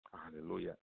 Hallelujah